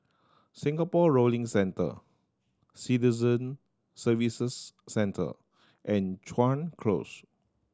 Singapore Rowing Centre Citizen Services Centre and Chuan Close